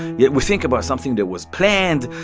yeah we think about something that was planned,